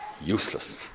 useless